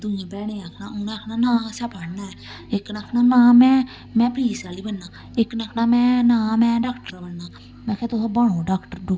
दूई भैनें गी आखना उ'नें आखना ना असें पढ़ना ऐ इक ने आखना ना में में पलीस आह्ली बनना इक ने आखना में ना में डाक्टर बनना में आखेआ तुस बनो डाक्टर डूक्टर